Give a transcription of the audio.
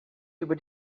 über